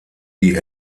die